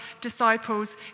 disciples